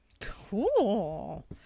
Cool